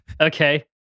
Okay